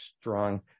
strong